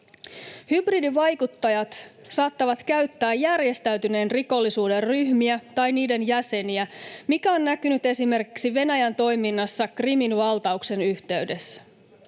Hybridivaikuttajat saattavat käyttää järjestäytyneen rikollisuuden ryhmiä tai niiden jäseniä, mikä on näkynyt esimerkiksi Venäjän toiminnassa Krimin valtauksen yhteydessä.